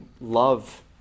love